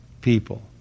people